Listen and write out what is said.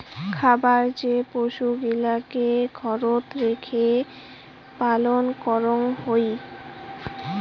খারর যে পশুগিলাকে ঘরত রেখে পালন করঙ হউ